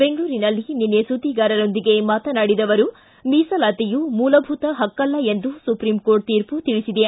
ಬೆಂಗಳೂರಿನಲ್ಲಿ ನಿನ್ನೆ ಸುದ್ದಿಗಾರರೊಂದಿಗೆ ಮಾತನಾಡಿದ ಅವರು ಮೀಸಲಾತಿಯು ಮೂಲಭೂತ ಪಕ್ಕಲ್ಲಾ ಎಂದು ಸುಪ್ರೀಂಕೋರ್ಟ್ ತೀರ್ಮ ತಿಳಿಸಿದೆ